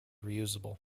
reusable